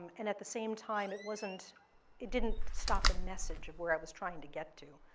and at the same time, it wasn't it didn't stop the message of where i was trying to get to.